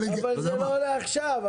אבל זה לא לעכשיו.